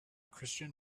christian